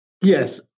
Yes